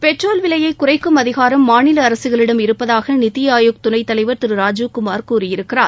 petrol விலையை குறைக்கும் அதிகாரம் மாநில அரசுகளிடம் இருப்பதாக நித்தி ஆயோக் துணைத்தலைவர் திரு ராஜீவ் குமார் கூறியிருக்கிறார்